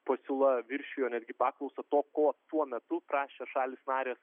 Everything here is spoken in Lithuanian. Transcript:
pasiūla viršijo netgi paklausą to ko tuo metu prašė šalys narės